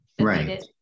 Right